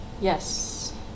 Yes